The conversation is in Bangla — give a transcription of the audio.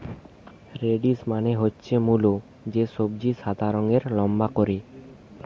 রেডিশ মানে হচ্ছে মুলো, যে সবজি সাদা রঙের লম্বা করে